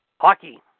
Hockey